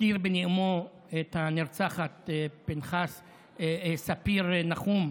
הזכיר בנאומו את הנרצחת ספיר נחום,